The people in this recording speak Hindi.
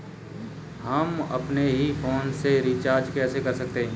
हम अपने ही फोन से रिचार्ज कैसे कर सकते हैं?